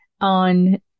on